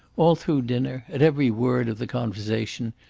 all through dinner, at every word of the conversation,